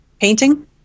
painting